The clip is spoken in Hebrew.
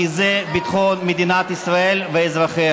כי זה ביטחון מדינת ישראל ואזרחיה.